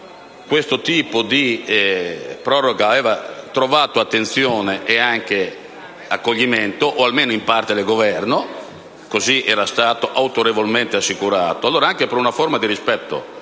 questo tipo di proroga aveva trovato attenzione e anche accoglimento, o almeno in parte del Governo: cosıera stato autorevolmente assicurato. Allora, io mantengo